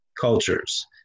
cultures